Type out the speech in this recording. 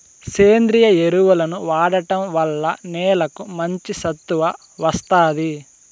సేంద్రీయ ఎరువులను వాడటం వల్ల నేలకు మంచి సత్తువ వస్తాది